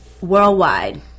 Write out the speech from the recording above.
Worldwide